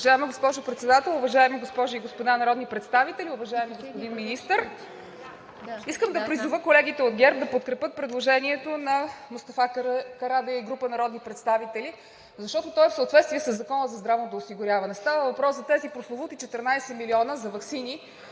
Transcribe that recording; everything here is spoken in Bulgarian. Уважаема госпожо Председател, уважаеми госпожи и господа народни представители, уважаеми господин Министър! Искам да призова колегите от ГЕРБ да подкрепят предложението на Мустафа Карадайъ и група народни представители, защото то е в съответствие със Закона за здравното осигуряване. Става въпрос за тези прословути 14 милиона за ваксини,